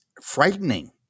frightening